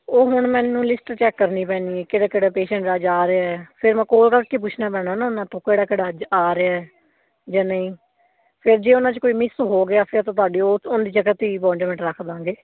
ਉਹ ਹੁਣ ਮੈਨੂੰ ਲਿਸਟ ਚੈੱਕ ਕਰਨੀ ਪੈਣੀ ਹੈ ਕਿਹੜਾ ਕਿਹੜਾ ਪੇਸ਼ੰਟ ਅੱਜ ਆ ਰਿਹਾ ਫਿਰ ਮੈਂ ਕੌਲ ਕਰਕੇ ਪੁੱਛਣਾ ਪੈਣਾ ਨਾ ਉਹਨਾਂ ਤੋਂ ਕਿਹੜਾ ਕਿਹੜਾ ਅੱਜ ਆ ਰਿਹਾ ਜਾਂ ਨਹੀਂ ਫਿਰ ਜੇ ਉਹਨਾਂ 'ਚ ਕੋਈ ਮਿਸ ਹੋ ਗਿਆ ਫਿਰ ਤਾਂ ਤੁਹਾਡੀ ਉਹ ਉਹਦੀ ਜਗ੍ਹਾ 'ਤੇ ਹੀ ਅੰਪੁਇੰਟਮੈਂਟ ਰੱਖ ਦੇਵਾਂਗੇ